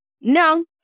No